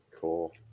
Cool